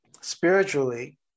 spiritually